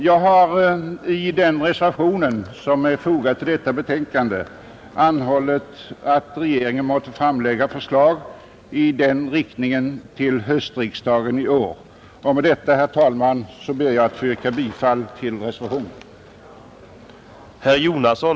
Jag har i den reservation som är fogad till utskottets betänkande anhållit att regeringen måtte framlägga förslag i denna riktning till höstriksdagen, och jag ber att med det anförda få yrka bifall till reservationen.